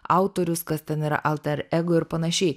autorius kas ten yra alter ego ir panašiai